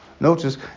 Notice